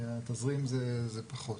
בתזרים זה פחות.